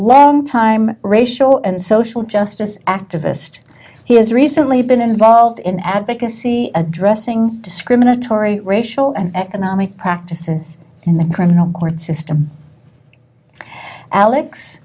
long time racial and social justice activist he has recently been involved in advocacy addressing discriminatory racial and economic practices in the criminal court system alex